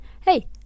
hey